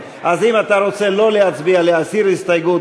דניאל עטר, יואל חסון, זוהיר בהלול,